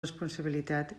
responsabilitat